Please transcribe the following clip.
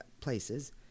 places